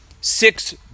six